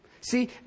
See